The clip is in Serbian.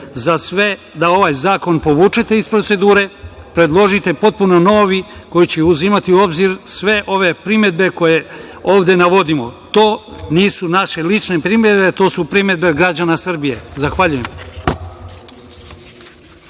za sve da ovaj zakon povučete iz procedure, predložite potpuno novi koji će uzimati u obzir sve ove primedbe koje ovde navodimo. To nisu naše lične primedbe, to su primedbe građana Srbije. Zahvaljujem.